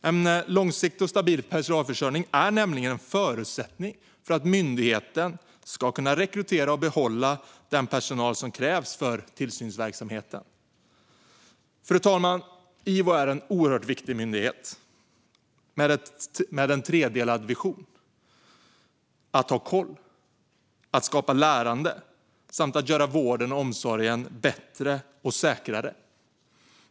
Stabil och långsiktig personalförsörjning är nämligen en förutsättning för att myndigheten ska kunna rekrytera och behålla den personal som krävs för tillsynsverksamheten. Fru talman! IVO är en oerhört viktig myndighet med en tredelad vision: att ha koll, att skapa lärande samt att göra vården och omsorgen bättre och säkrare.